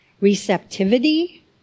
receptivity